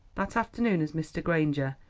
that afternoon as mr. granger,